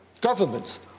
governments